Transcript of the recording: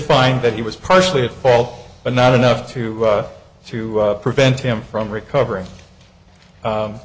find that he was partially at fault but not enough to to prevent him from recovering